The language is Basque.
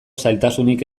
zailtasunik